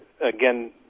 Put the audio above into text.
again